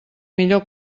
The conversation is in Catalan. millor